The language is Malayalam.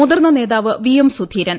മുതിർന്ന നേതാവ് വി എം സുധീരൻ